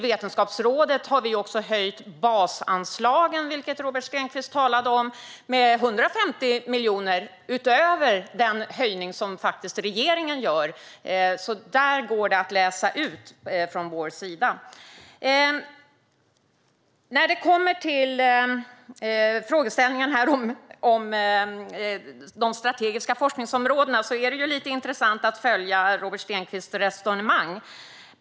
Vi har också höjt basanslagen till Vetenskapsrådet, vilket Robert Stenkvist talade om, med 150 miljoner utöver den höjning som regeringen faktiskt gör. Där går det alltså att läsa ut från vår sida. När det gäller frågeställningen om de strategiska forskningsområdena är det lite intressant att följa Robert Stenkvists resonemang.